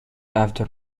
after